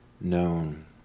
known